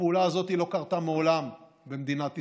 הפעולה הזאת לא קרתה מעולם במדינת ישראל,